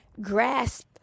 grasp